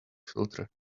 filter